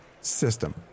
system